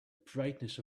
brightness